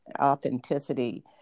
authenticity